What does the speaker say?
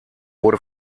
wurde